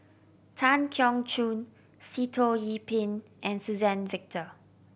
Tan Keong Choon Sitoh Yih Pin and Suzann Victor